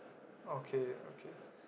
okay okay